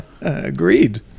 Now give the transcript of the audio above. Agreed